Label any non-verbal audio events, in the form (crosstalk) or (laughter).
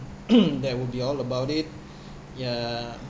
(noise) that would be all about it ya